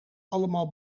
allemaal